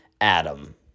Adam